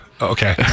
okay